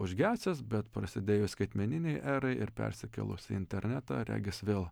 užgesęs bet prasidėjus skaitmeninei erai ir persikėlus į internetą regis vėl